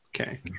Okay